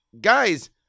guys